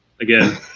Again